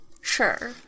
Sure